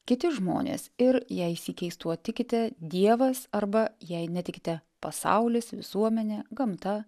kiti žmonės ir jei sykiais tuo tikite dievas arba jei netikite pasaulis visuomenė gamta